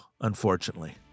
unfortunately